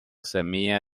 semilla